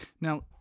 Now